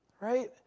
Right